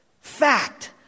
fact